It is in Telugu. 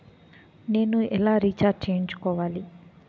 నేను ఎలా రీఛార్జ్ చేయించుకోవాలి?